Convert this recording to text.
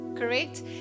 correct